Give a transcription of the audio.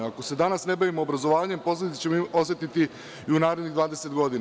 Ako se danas ne bavimo obrazovanjem, posledice ćemo osetiti i u narednih 20 godina.